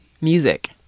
Music